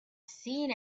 seen